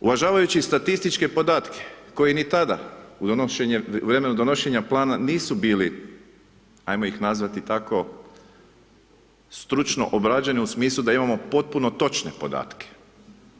Uvažavajući statističke podatke, koji ni tada, u vrijeme donošenja plana, nisu bili, ajmo ih nazvati tako stručno obrađene u smislu da imao potpuno točne podatke,